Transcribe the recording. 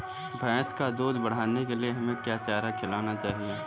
भैंस का दूध बढ़ाने के लिए हमें क्या चारा खिलाना चाहिए?